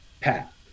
Pat